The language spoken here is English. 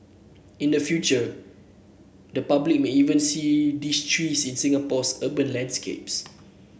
in the future the public may even see these trees in Singapore's urban landscape